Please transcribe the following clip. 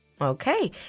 Okay